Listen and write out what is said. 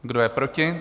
Kdo je proti?